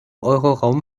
euroraum